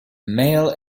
male